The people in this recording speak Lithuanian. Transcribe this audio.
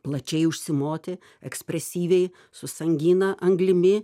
plačiai užsimoti ekspresyviai su sangina anglimi